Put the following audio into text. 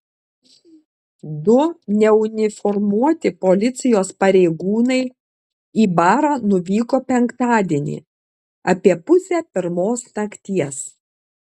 du neuniformuoti policijos pareigūnai į barą nuvyko penktadienį apie pusę pirmos nakties